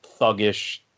thuggish